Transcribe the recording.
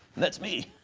that's me.